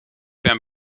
ben